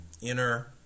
inner